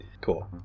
Cool